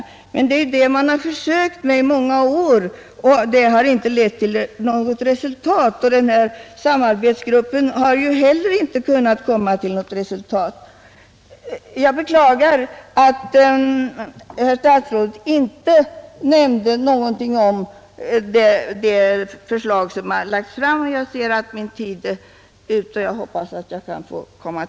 Ja det är just det man har försökt åstadkomma under många år, fast det har inte lett till något resultat. Inte heller den tillsatta arbetsgruppen har kunnat lösa den schism som ändå föreligger mellan parterna. Jag ser att den tid som står till mitt förfogande är slut och hoppas därför att få återkomma.